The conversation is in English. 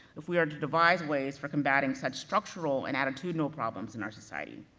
if we are to devise ways for combating such structural and attitudinal problems in our society.